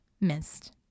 missed